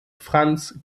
franz